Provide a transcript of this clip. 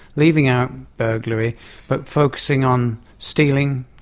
leaving out burglary but focusing on stealing,